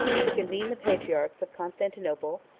to convene the patriarchs of constantinople,